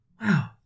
wow